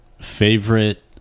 favorite